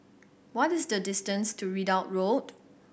what is the distance to Ridout Road